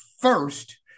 first